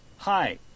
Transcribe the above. Hi